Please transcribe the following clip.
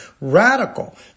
Radical